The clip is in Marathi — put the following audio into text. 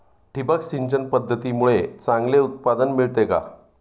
ठिबक सिंचन पद्धतीमुळे चांगले उत्पादन मिळते का?